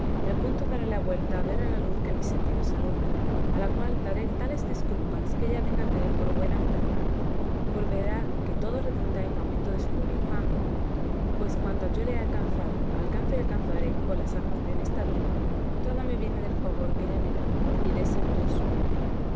al punto daré la vuelta a ver a la luz que mis sentidos alumbra a la cual daré tales disculpas que ella venga a tener por buena mi tardanza pues verá que todo redunda en aumento de su gloria y fama pues cuanta yo he alcanzado alcanzo y alcanzare por las armas en esta vida toda me viene del favor que ella me da y de ser yo suyo